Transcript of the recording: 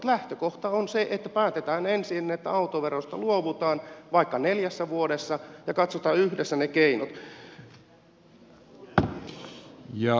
lähtökohta on se että päätetään ensin että autoverosta luovutaan vaikka neljässä vuodessa ja katsotaan yhdessä ne keinot